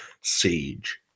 Siege